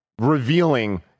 revealing